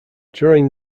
during